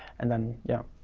and then, yeah.